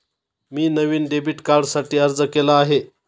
मी नवीन डेबिट कार्डसाठी अर्ज केला आहे